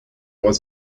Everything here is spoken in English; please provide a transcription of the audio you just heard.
was